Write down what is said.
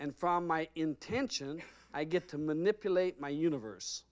and from my intention i get to manipulate my universe